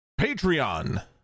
Patreon